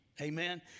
Amen